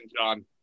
John